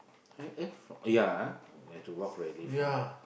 eh yeah we have to walk really far